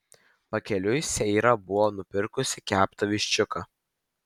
pakeliui seira buvo nupirkusi keptą viščiuką